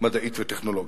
מדעית וטכנולוגית.